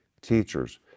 teachers